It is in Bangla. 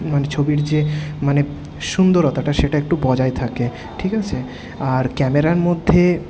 মানে ছবির যে মানে সুন্দরতাটা সেটা একটু বজায় থাকে ঠিক আছে আর ক্যামেরার মধ্যে